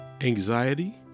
anxiety